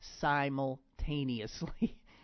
simultaneously